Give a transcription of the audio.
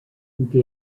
who